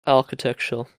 architecture